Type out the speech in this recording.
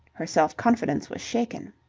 her self-confidence was shaken.